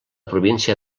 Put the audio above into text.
província